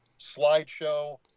slideshow